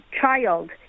child